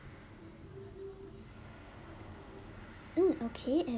mm okay and